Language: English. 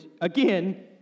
again